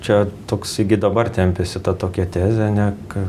čia toks igi dabar tempėsi ta tokia tezė ane ką